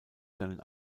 seinen